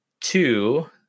two